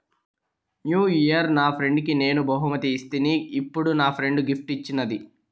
new year నా ఫ్రెండ్కి నేను బహుమతి ఇస్తిని, ఇప్పుడు నా ఫ్రెండ్ గిఫ్ట్ ఇచ్చిన్నాది